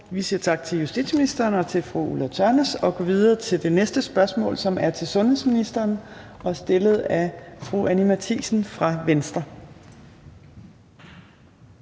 vi siger tak til justitsministeren og til fru Ulla Tørnæs. Vi går videre til det næste spørgsmål (spm. nr. S 1172), som er til sundhedsministeren, og det er stillet af fru Anni Matthiesen fra Venstre.